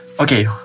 Okay